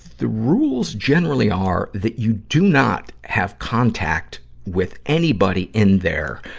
the rules generally are that you do not have contact with anybody in there,